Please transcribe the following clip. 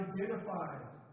identified